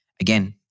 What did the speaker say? again